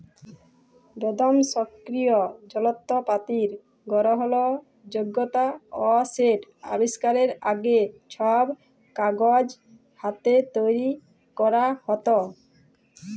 বেদম স্বয়ংকিরিয় জলত্রপাতির গরহলযগ্যতা অ সেট আবিষ্কারের আগে, ছব কাগজ হাতে তৈরি ক্যরা হ্যত